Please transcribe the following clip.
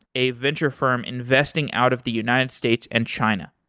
a venture firm investing out of the united states and china.